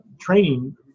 training